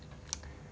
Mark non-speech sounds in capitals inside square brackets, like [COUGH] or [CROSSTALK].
[NOISE]